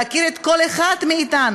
להכיר את כל אחד מאתנו,